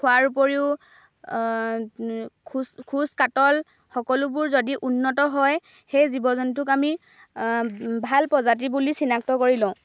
খোৱাৰ উপৰিও খোজ খোজ কাটল সকলোবোৰ যদি উন্নত হয় সেই জীৱ জন্তুক আমি ভাল প্ৰজাতিৰ বুলি চিনাক্ত কৰি লওঁ